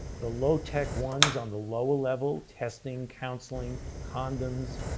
the low tech ones on the lower level, testing counseling, condoms,